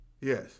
Yes